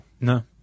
No